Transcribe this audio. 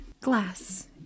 glass